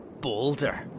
boulder